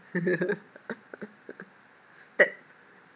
that